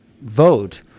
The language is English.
vote